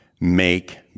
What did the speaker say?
make